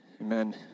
Amen